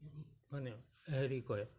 মানে হেৰি কৰে